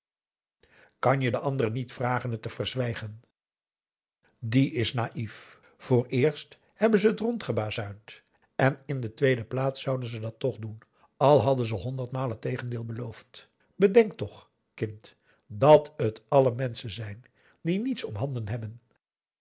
kan je de anderen niet vragen het te verzwijgen die is naïef vooreerst hebben ze het rond aum boe akar eel gebazuind en in de tweede plaats zouden ze dat toch doen al hadden ze honderdmaal het tegendeel beloofd bedenk toch kind dat het allen menschen zijn die niets om handen hebben